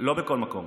לא בכל מקום.